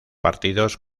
partidos